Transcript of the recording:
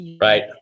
Right